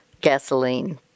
gasoline